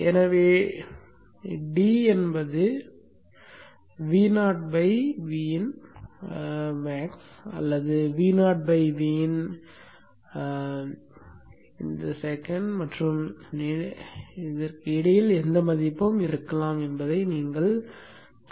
எனவே d என்பது Vo Vin max அல்லது Vo Vin min மற்றும் இடையில் எந்த மதிப்பும் இருக்கலாம் என்பதை நீங்கள் காண்பீர்கள்